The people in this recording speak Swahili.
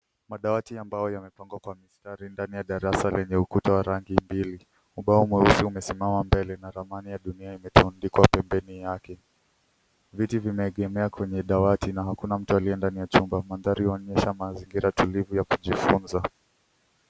Madawati ya mbao yamepangwa kwa mstari ndani ya darasa lenye ukuta wa rangi mbili. Ubao mweusi umesimama mbele na ramani ya dunia imetundikwa pembeni yake. Viti vimeegemea kwenye dawati na hakuna mtu aliye ndani ya chumba. Mandhari yanaonyesha mazingira tulivu ya kujifunza.